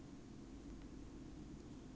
you following Netherlands time right